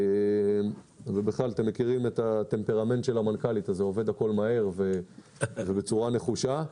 אתם מכירים את הטמפרמנט של המנכ"לית הכול עובד מהר ובצורה נחושה,